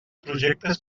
projectes